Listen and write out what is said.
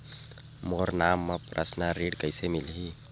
मोर नाम म परसनल ऋण कइसे मिलही?